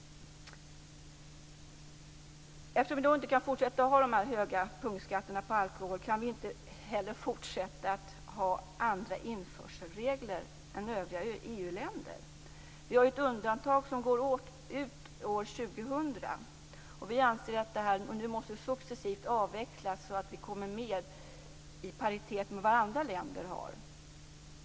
Eftersom vi då inte kan fortsätta ha de här höga punktskatterna på alkohol kan vi inte heller fortsätta ha andra införselregler än övriga EU-länder. Vi har ju ett undantag som går ut år 2000, och vi moderater anser att det nu successivt måste avvecklas så att Sveriges regler kommer mer i paritet med vad andra länder har.